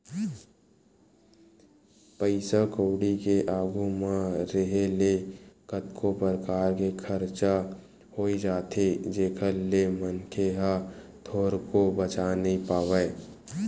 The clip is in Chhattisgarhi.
पइसा कउड़ी के आघू म रेहे ले कतको परकार के खरचा होई जाथे जेखर ले मनखे ह थोरको बचा नइ पावय